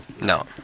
No